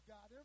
God